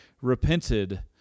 repented